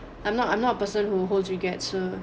I'm not I'm not person who holds regrets so